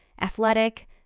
athletic